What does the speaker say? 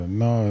no